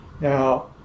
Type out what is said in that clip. now